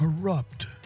corrupt